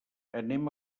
anem